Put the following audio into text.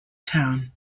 town